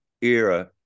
era